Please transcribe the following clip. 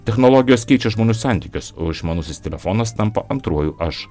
technologijos keičia žmonių santykius o išmanusis telefonas tampa antruoju aš